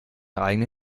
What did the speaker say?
eigenen